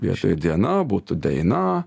vietoj diena būtų deina